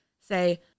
say